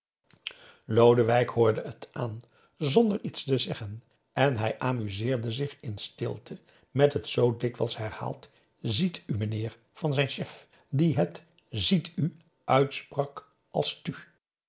lodewijk hoorde het aan zonder iets te zeggen en hij amuseerde zich in stilte met het zoo dikwijls herhaald ziet u meneer van zijn chef die het ziet u uitsprak als